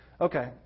okay